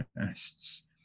tests